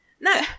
No